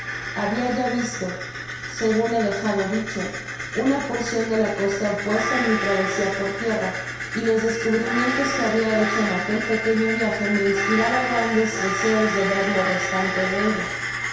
habia ya visto segun he dejado dicho una porcion de la costa opuesta en mi travesía por tierra y los descubrimientos que habia hecho en aquel pequeño viaje me inspiraba grandes deseos de ver lo restante de ella la